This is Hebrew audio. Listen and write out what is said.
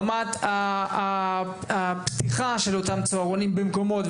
רמת הפתיחה של אותם הצהרונים במקומות,